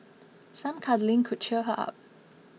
some cuddling could cheer her up